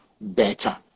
better